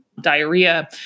diarrhea